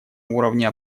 уровне